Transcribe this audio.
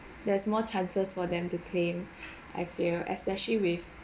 there's more chances for them to claim I feel especially with